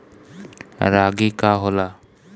रागी का होला?